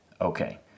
Okay